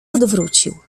odwrócił